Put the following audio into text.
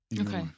Okay